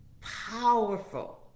Powerful